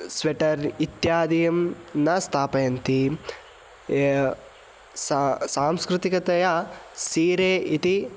sweater इत्यादिकं न स्थापयन्ति या सा सांस्कृतिकतया सीरे इति